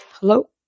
Hello